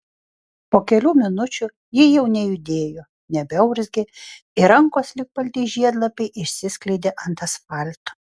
po kelių minučių ji jau nejudėjo nebeurzgė ir rankos lyg balti žiedlapiai išsiskleidė ant asfalto